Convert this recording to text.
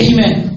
Amen